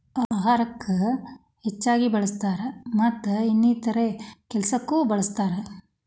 ಅಹಾರಕ್ಕ ಹೆಚ್ಚಾಗಿ ಬಳ್ಸತಾರ ಮತ್ತ ಇನ್ನಿತರೆ ಕೆಲಸಕ್ಕು ಬಳ್ಸತಾರ